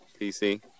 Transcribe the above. PC